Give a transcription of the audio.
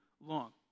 long